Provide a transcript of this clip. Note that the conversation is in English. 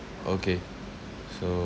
okay so~